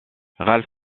ralph